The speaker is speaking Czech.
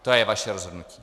To je vaše rozhodnutí.